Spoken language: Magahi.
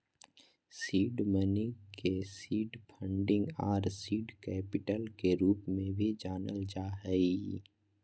सीड मनी के सीड फंडिंग आर सीड कैपिटल के रूप में भी जानल जा हइ